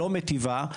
לא מיטיבה,